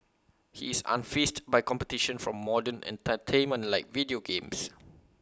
he is unfazed by competition from modern entertainment like video games